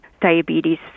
diabetes